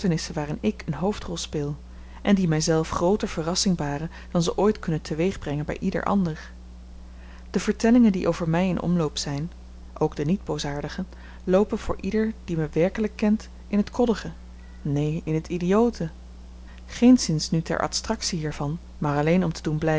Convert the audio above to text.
waarin ik n hoofdrol speel en die myzelf grooter verrassing baren dan ze ooit kunnen teweegbrengen by ieder ander de vertellingen die over my in omloop zyn ook de niet boosaardige loopen voor ieder die me werkelyk kent in t koddige neen in t idiote geenszins nu ter adstraktie hiervan maar alleen om te doen